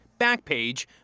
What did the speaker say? Backpage